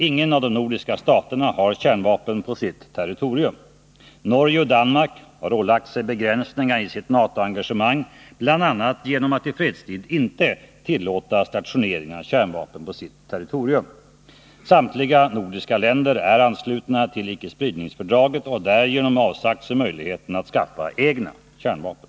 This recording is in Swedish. Ingen av de nordiska staterna har kärnvapen på sitt territorium. Norge och Danmark har ålagt sig begränsningar i sitt NATO-engagemang, bl.a. genom att i fredstid inte tillåta stationering av kärnvapen på sitt territorium. Samtliga nordiska länder är anslutna till icke-spridningsfördraget och har därigenom avsagt sig möjligheten att skaffa egna kärnvapen.